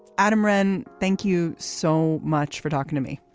adam wrenn thank you so much for talking to me.